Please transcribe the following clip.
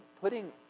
putting